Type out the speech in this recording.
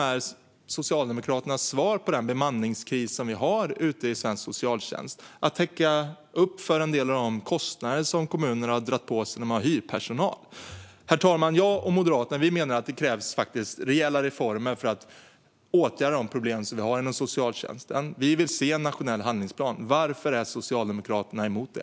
Är Socialdemokraternas svar på bemanningskrisen i svensk socialtjänst att täcka upp för en del av de kostnader som kommunerna har dragit på sig för hyrpersonal. Herr talman! Jag och Moderaterna menar att det krävs rejäla reformer för att åtgärda problemen inom socialtjänsten. Vi vill se en nationell handlingsplan. Varför är Socialdemokraterna emot det?